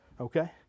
Okay